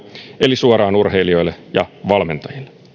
eli suoraan urheilijoille ja valmentajille